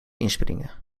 inspringen